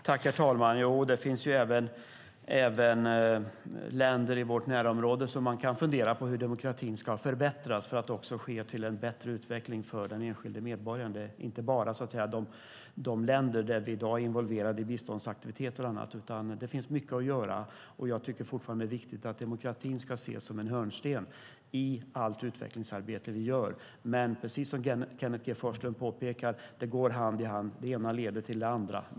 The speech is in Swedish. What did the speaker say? Herr talman! Det finns även länder i vårt närområde där man kan fundera på hur demokratin ska förbättras för att det ska leda till en bättre utveckling för den enskilda medborgaren. Det handlar inte bara om de länder där vi i dag är involverade i biståndsaktiviteter och annat. Det finns mycket att göra. Jag tycker fortfarande att det är viktigt att demokratin ska ses som en hörnsten i allt utvecklingsarbete vi gör. Precis som Kenneth G Forslund påpekar går det hand i hand, och det ena leder till det andra.